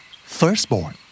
Firstborn